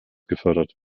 gefördert